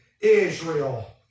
Israel